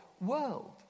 world